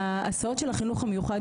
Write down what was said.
בהסעות של החינוך המיוחד,